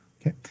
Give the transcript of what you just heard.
Okay